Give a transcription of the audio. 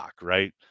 right